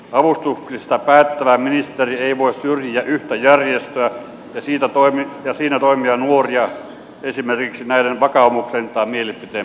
avustuksista päättävä ministeri ei voi syrjiä yhtä järjestöä ja siinä toimivia nuoria esimerkiksi näiden vakaumuksen tai mielipiteiden perusteella